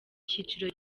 cyiciro